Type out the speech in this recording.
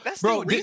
bro